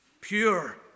pure